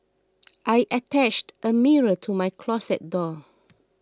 I attached a mirror to my closet door